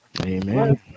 Amen